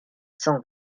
cent